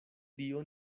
dio